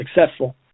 successful